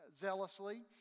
zealously